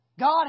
God